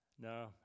No